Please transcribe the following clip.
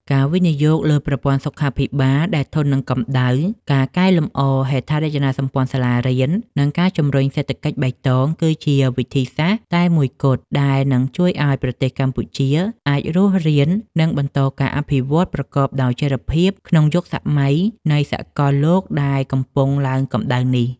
ការវិនិយោគលើប្រព័ន្ធសុខាភិបាលដែលធន់នឹងកម្ដៅ ការកែលម្អហេដ្ឋារចនាសម្ព័ន្ធសាលារៀន និងការជំរុញសេដ្ឋកិច្ចបៃតង គឺជាវិធីសាស្ត្រតែមួយគត់ដែលនឹងជួយឱ្យប្រទេសកម្ពុជាអាចរស់រាន និងបន្តការអភិវឌ្ឍប្រកបដោយចីរភាពក្នុងយុគសម័យនៃសកលលោកដែលកំពុងឡើងកម្ដៅនេះ។